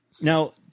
Now